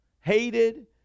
hated